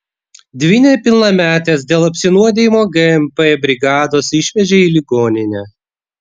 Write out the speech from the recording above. dvi nepilnametes dėl apsinuodijimo gmp brigados išvežė į ligoninę